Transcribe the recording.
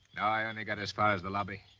i and got as far as the lobby.